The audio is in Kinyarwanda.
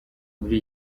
muri